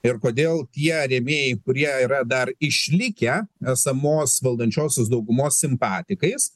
ir kodėl tie rėmėjai kurie yra dar išlikę esamos valdančiosios daugumos simpatikais